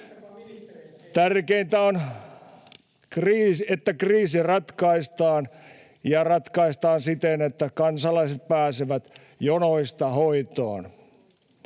Tärkeintä on, että kriisi ratkaistaan ja ratkaistaan siten, että kansalaiset pääsevät jonoista hoitoon.